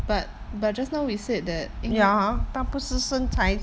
but but just now we said that 因为